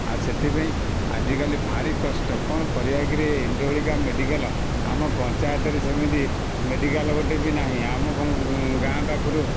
ଆଉ ସେଥିପାଇଁ ଆଜିକାଲି ଭାରି କଷ୍ଟ କ'ଣ କରିବା କିରେ ଏଇ ଯେଉଁ ଭଳିକା ମେଡ଼ିକାଲ ଆମ ପଞ୍ଚାୟତରେ ସେମିତି ମେଡ଼ିକାଲ ଗୋଟିଏ ବି ନାହିଁ ଆମ ଗାଁ ପାଖରୁ